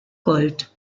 gold